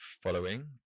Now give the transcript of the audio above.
following